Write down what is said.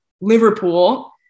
Liverpool